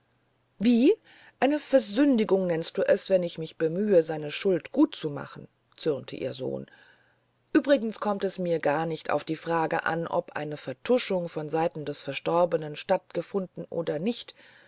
wie eine versündigung nennst du es wenn ich mich bemühe seine schuld gutzumachen zürnte ihr sohn uebrigens kommt es für mich gar nicht mehr in frage ob eine vertuschung von seiten des verstorbenen stattgefunden oder nicht